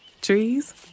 Trees